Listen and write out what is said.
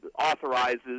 authorizes